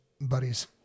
buddies